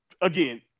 again